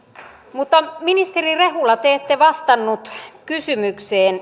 mutta ministeri rehula te ette vastannut kysymykseen